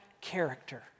character